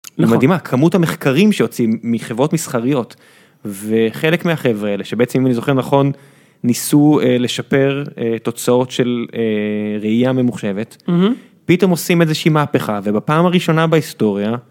מדהימה כמות המחקרים שיוצאים מחברות מסחריות וחלק מהחבר'ה האלה שבעצם אני זוכר נכון ניסו לשפר תוצאות של ראייה ממוחשבת פתאום עושים איזה שהיא מהפכה ובפעם הראשונה בהיסטוריה.